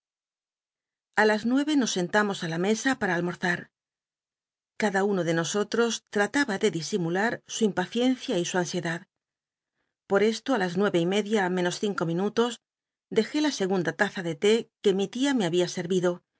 a la nuere nos sentamos á la mesa para almorzm cada uno de nosotros trataba de disi mular su impaciencia y su ansiedad por esto i las ntle c y media menos cinco minutos dejé la segunda taza de té que mi tia me había